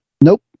Nope